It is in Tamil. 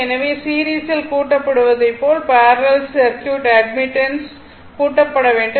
எனவே சீரிஸில் கூட்டப்படுவதை போல பேரலெல் சர்க்யூட் அட்மிட்டன்ஸ் கூட்டப்பட்ட வேண்டும்